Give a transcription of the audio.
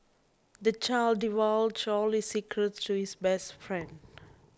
the child divulged all his secrets to his best friend